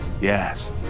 yes